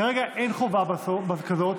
כרגע אין חובה כזאת.